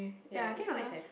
ya it is quite sad